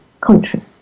conscious